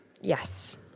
yes